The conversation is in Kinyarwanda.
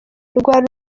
rwari